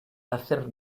hacer